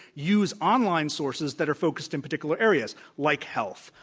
use online sources that are focused in particular areas like health,